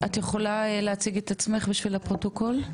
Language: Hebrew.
את יכולה להציג את עצמך לפרוטוקול?